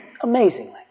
Amazingly